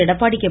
Edappadi K